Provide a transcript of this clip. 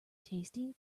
tasty